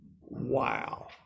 Wow